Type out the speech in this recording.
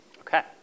Okay